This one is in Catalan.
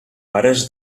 ares